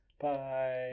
Bye